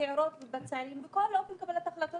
בצעירות ובצעירים בכל אופן קבלת ההחלטות